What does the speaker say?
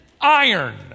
iron